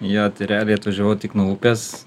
jo tai realiai atvažiavau tik nuo upės